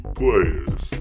players